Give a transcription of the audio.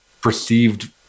perceived